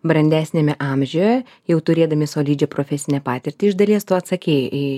brandesniame amžiuje jau turėdami solidžią profesinę patirtį iš dalies tu atsakei į